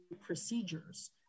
procedures